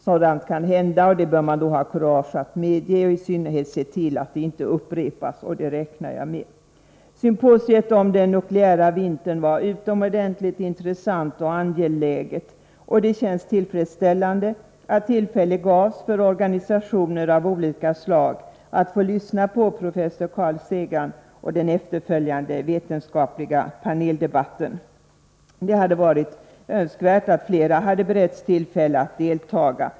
Sådant kan hända, och då bör man ha kurage att medge det och i synnerhet att se till att sådant inte upprepas — och det räknar jag med. Symposiet om den nukleära vintern var utomordentligt intressant och angeläget. Det känns också tillfredsställande att tillfälle gavs för organisationer av olika slag att lyssna till professor Carl Sagan och den efterföljande vetenskapliga paneldebatten. Det hade varit önskvärt att flera hade beretts tillfälle att delta.